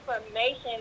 information